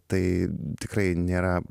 tai tikrai nėra